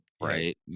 right